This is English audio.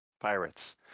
pirates